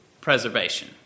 preservation